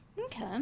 Okay